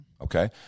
Okay